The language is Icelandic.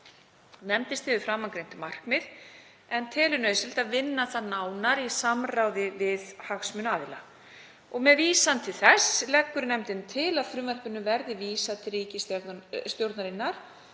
Nefndin styður framangreint markmið en telur nauðsynlegt að vinna það nánar í samráði við hagsmunaaðila. Með vísan til þess leggur nefndin til að frumvarpinu verði vísað til ríkisstjórnarinnar